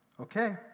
okay